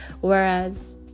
Whereas